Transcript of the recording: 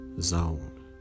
zone